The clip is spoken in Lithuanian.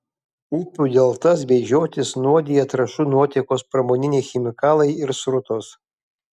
upių deltas bei žiotis nuodija trąšų nuotėkos pramoniniai chemikalai ir srutos